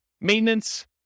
maintenance